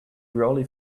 brolly